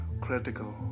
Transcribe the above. critical